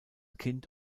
kind